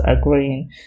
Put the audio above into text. agreeing